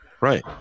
right